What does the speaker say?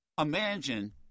Imagine